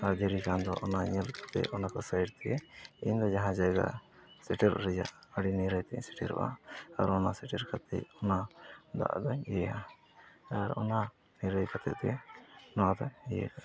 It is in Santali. ᱟᱨ ᱫᱷᱤᱨᱤ ᱠᱷᱟᱱᱫᱚ ᱚᱱᱟ ᱧᱮᱞ ᱠᱟᱛᱮᱫ ᱚᱱᱟᱠᱚ ᱛᱮ ᱤᱧᱫᱚ ᱡᱟᱦᱟᱸ ᱡᱟᱭᱜᱟ ᱥᱮᱴᱮᱨᱚᱜ ᱨᱮᱭᱟᱜ ᱟᱹᱰᱤ ᱱᱤᱨᱟᱹᱭᱛᱮᱧ ᱥᱮᱴᱮᱨᱚᱜᱼᱟ ᱟᱨ ᱚᱱᱟ ᱥᱮᱴᱮᱨ ᱠᱟᱛᱮᱫ ᱚᱱᱟ ᱫᱚ ᱟᱫᱚᱧ ᱤᱭᱟᱹᱭᱟ ᱟᱨ ᱚᱱᱟ ᱱᱤᱨᱟᱹᱭ ᱠᱷᱟᱹᱛᱤᱨᱛᱮ ᱱᱚᱣᱟᱫᱚ ᱤᱭᱟᱹ ᱠᱟᱜᱼᱟ